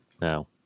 now